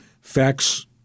Facts